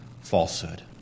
falsehood